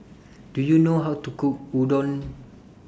Do YOU know How to Cook Udon